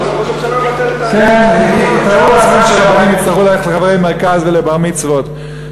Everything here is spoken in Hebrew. הם יצטרכו ללכת לחברי מרכז ולבר-מצוות.